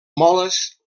moles